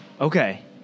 Okay